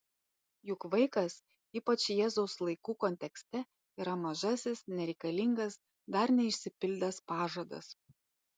juk vaikas ypač jėzaus laikų kontekste yra mažasis nereikalingas dar neišsipildęs pažadas